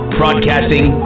broadcasting